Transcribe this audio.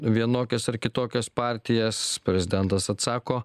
vienokias ar kitokias partijas prezidentas atsako